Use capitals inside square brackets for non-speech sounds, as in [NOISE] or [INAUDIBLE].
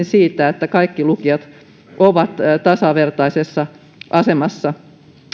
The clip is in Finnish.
[UNINTELLIGIBLE] siitä että kaikki lukiot ovat tasavertaisessa asemassa